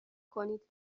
کنید